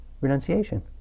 renunciation